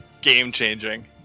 game-changing